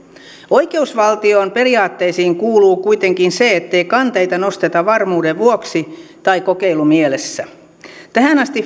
oikeusvaltion periaatteisiin kuuluu kuitenkin se ettei kanteita nosteta varmuuden vuoksi tai kokeilumielessä tähän asti